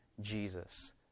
Jesus